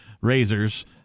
razors